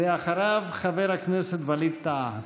ואחריו, חבר הכנסת ווליד טאהא.